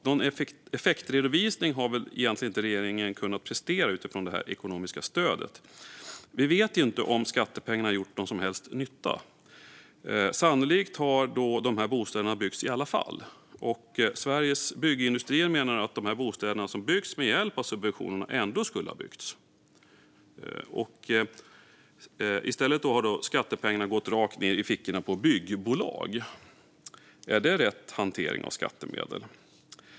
Någon effektredovisning har väl regeringen egentligen inte kunnat prestera gällande detta ekonomiska stöd. Vi vet inte om skattepengarna gjort någon som helst nytta. Sannolikt hade de bostäderna byggts i alla fall. Sveriges Byggindustrier menar att de bostäder som byggts med hjälp av subventionerna skulle ha byggts ändå. I stället har skattepengarna gått rakt ned i fickorna på byggbolag. Är det rätt hantering av skattemedel?